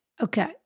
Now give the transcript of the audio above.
Okay